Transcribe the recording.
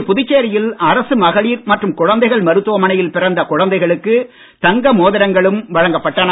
இன்று புதுச்சேரியில் அரசு மகளிர் மற்றும் குழந்தைகள் மருத்துவமனையில் பிறந்த குழந்தைகளுக்கு தங்க மோதிரங்களும் வழங்கப்பட்டன